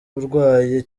urwaye